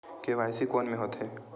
KYC कोन में होथे?